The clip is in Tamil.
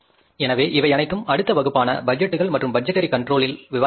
எனவே இவை அனைத்தும் அடுத்த வகுப்பான பட்ஜெட்டுகள் மற்றும் பட்ஜெட்டரி கன்ரோல் ல் விவாதிக்கப்படும்